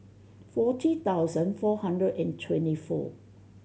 forty thousand four hundred and twenty four